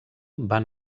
van